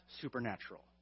supernatural